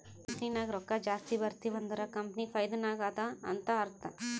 company ನಾಗ್ ರೊಕ್ಕಾ ಜಾಸ್ತಿ ಬರ್ತಿವ್ ಅಂದುರ್ ಕಂಪನಿ ಫೈದಾ ನಾಗ್ ಅದಾ ಅಂತ್ ಅರ್ಥಾ